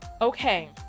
Okay